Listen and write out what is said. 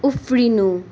उफ्रिनु